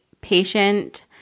patient